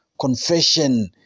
confession